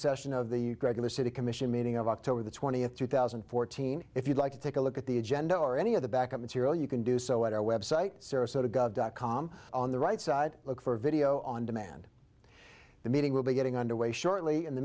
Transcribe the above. session of the regular city commission meeting of october the twentieth two thousand and fourteen if you'd like to take a look at the agenda or any of the back up material you can do so at our website sarasota gov dot com on the right side look for video on demand the meeting will be getting underway shortly in the